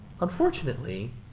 Unfortunately